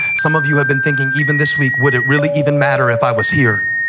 some of you have been thinking even this week, would it really even matter if i was here?